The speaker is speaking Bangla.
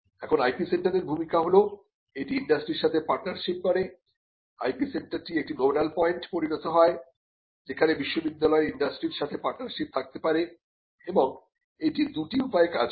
এখন IP সেন্টারের ভূমিকা হল এটি ইন্ডাস্ট্রির সাথে পার্টনারশিপ করে IP সেন্টারটি একটি নোডাল পয়েন্টে পরিণত হয় যেখানে বিশ্ববিদ্যালয়ের ইন্ডাস্ট্রির সাথে পার্টনারশিপ থাকতে পারে এবং এটি দুটি উপায়ে কাজ করে